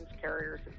carriers